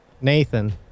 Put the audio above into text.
Nathan